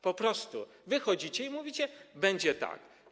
Po prostu wychodzicie i mówicie: będzie tak.